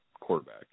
quarterback